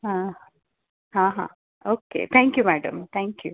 હા હા હા okay thank you madam thank you